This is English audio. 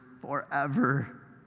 forever